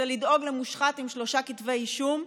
זה לדאוג למושחת עם שלושה כתבי אישום,